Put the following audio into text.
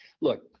Look